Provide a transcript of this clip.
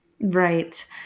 Right